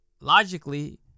logically